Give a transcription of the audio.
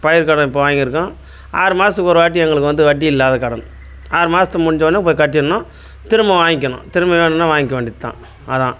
பயிர்க்கடன் இப்போ வாங்கியிருக்கோம் ஆறு மாதத்துக்கு ஒருவாட்டி எங்களுக்கு வட்டி இல்லாத கடன் ஆறு மாதத்து முடிஞ்சவொடன்னே போய் கட்டிடணும் திரும்ப வாங்கிக்கணும் திரும்ப வேணும்னா வாங்கிக்க வேண்டியதுதான் அதுதான்